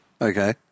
Okay